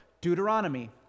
Deuteronomy